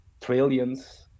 trillions